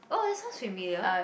oh that sounds familiar